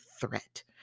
threat